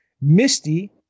Misty